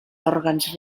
òrgans